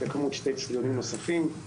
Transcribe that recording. יקומו עוד שני אצטדיונים נוספים,